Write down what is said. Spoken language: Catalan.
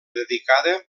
dedicada